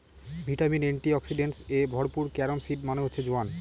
vitamin, antioxidants এ ভরপুর carom seed মানে হচ্ছে জোয়ান